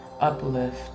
uplift